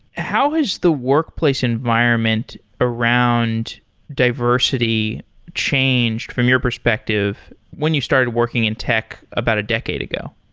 how is the workplace environment around diversity changed from your perspective when you started working in tech about a decade ago?